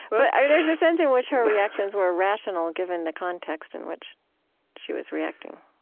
but right. there's a sense in which her reactions were rational, given the context in which she was reacting